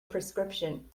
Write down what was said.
prescription